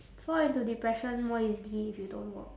fall into depression more easily if you don't work